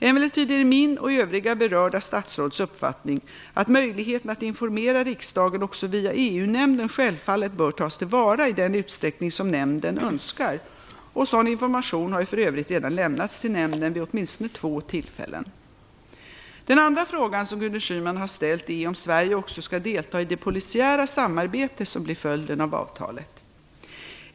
Emellertid är det min och övriga berörda statsråds uppfattning att möjligheten att informera riksdagen också via EU-nämnden självfallet bör tas till vara i den utsträckning som nämnden önskar, och sådan information har ju för övrigt redan lämnats till nämnden vid åtminstone två tillfällen. Den andra fråga som Gudrun Schyman har ställt är om Sverige också skall delta i det polisiära samarbete som blir följden av avtalet.